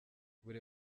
buri